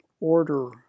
order